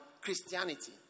Christianity